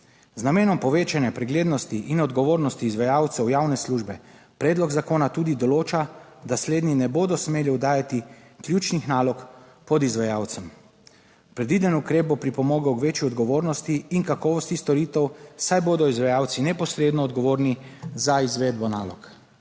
Z namenom povečanja preglednosti in odgovornosti izvajalcev javne službe predlog zakona tudi določa, da slednji ne bodo smeli oddajati 6. TRAK: (TB) - 13.25 (nadaljevanje) ključnih nalog podizvajalcem. Predviden ukrep bo pripomogel k večji odgovornosti in kakovosti storitev, saj bodo izvajalci neposredno odgovorni za izvedbo nalog.